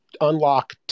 unlock